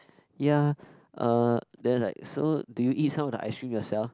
ya uh then was like so do you eat some of the ice cream yourself